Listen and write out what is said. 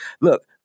Look